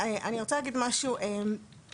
אני רוצה להתייחס למה עושים אצלנו.